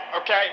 okay